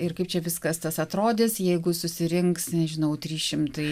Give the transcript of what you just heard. ir kaip čia viskas tas atrodys jeigu susirinks nežinau trys šimtai